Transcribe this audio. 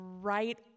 right